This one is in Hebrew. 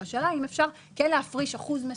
השאלה אם אפשר כן להפריש אחוז מסוים,